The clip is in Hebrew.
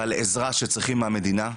ועל עזרה שצריכים מהמדינה.